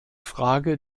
frage